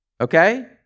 Okay